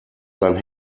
sein